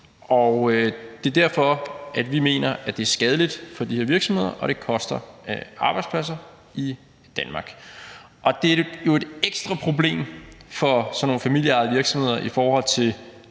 Det er derfor, vi mener, det er skadeligt for de her virksomheder, og at det koster arbejdspladser i Danmark. Det er jo et ekstra problem for sådan nogle familieejede virksomheder i forhold til